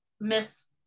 Miss